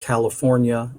california